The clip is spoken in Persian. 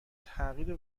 تغییر